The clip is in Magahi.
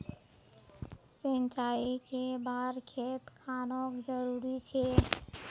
सिंचाई कै बार खेत खानोक जरुरी छै?